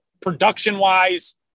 production-wise